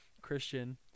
Christian